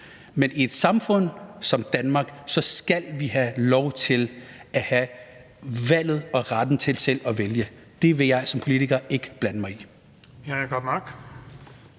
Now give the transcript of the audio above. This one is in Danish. men i et samfund som det danske skal vi have lov til at have valget; vi skal have retten til selv at vælge. Det vil jeg som politiker ikke blande mig i.